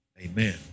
Amen